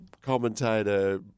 commentator